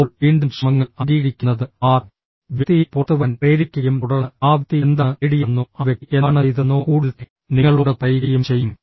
ഇപ്പോൾ വീണ്ടും ശ്രമങ്ങൾ അംഗീകരിക്കുന്നത് ആ വ്യക്തിയെ പുറത്തുവരാൻ പ്രേരിപ്പിക്കുകയും തുടർന്ന് ആ വ്യക്തി എന്താണ് നേടിയതെന്നോ ആ വ്യക്തി എന്താണ് ചെയ്തതെന്നോ കൂടുതൽ നിങ്ങളോട് പറയുകയും ചെയ്യും